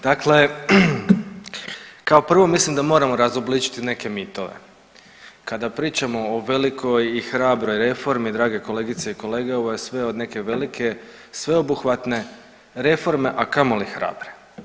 Dakle, kao prvo mislim da moramo razobličiti neke mitove, kada pričamo o velikoj i hrabroj reformi drage kolegice i kolege ovo je sve od neke velike sveobuhvatne reforme, a kamoli hrabre.